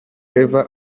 claver